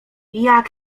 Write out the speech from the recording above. jak